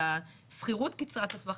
והשכירות קצרת הטווח,